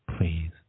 please